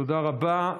תודה רבה.